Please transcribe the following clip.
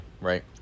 right